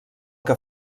que